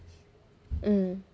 mm